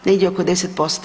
Negdje oko 10%